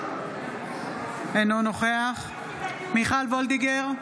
אינו נוכח מיכל מרים וולדיגר,